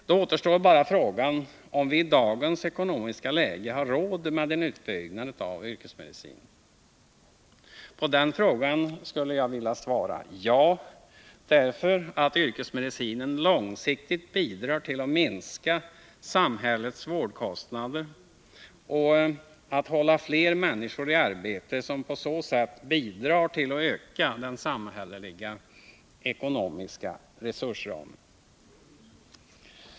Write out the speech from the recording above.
Då återstår bara frågan om vi i dagens ekonomiska läge har råd med en utbyggnad av yrkesmedicinen. På den frågan skulle jag vilja svara ja, därför att yrkesmedicinen långsiktigt bidrar till att minska samhällets vårdkostnader och att hålla fler människor i arbete, som på så sätt bidrar till att öka den samhälleliga ekonomiska resursramen.